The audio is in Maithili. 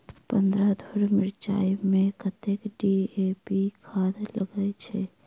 पन्द्रह धूर मिर्चाई मे कत्ते डी.ए.पी खाद लगय छै?